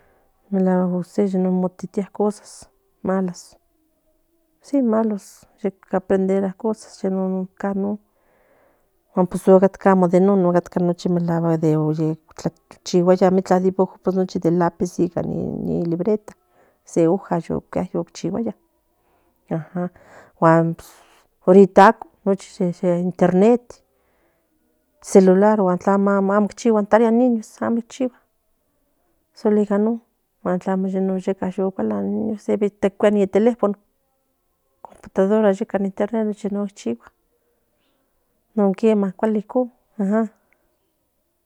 Melaguack mo titia cosas malas yeka aprendería cosas otcatca tlachilua con dibujo yca lápiz se oja yo otchigiaya pues ahorita aco non in internet celular osino amo chigua in tarea in niños guan amo ican non yo incualan in niños se cuilia se computaro in teléfono non cuali in con